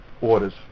orders